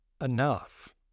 enough